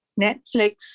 Netflix